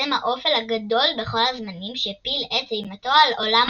קוסם האופל הגדול בכל הזמנים שהפיל את אימתו על עולם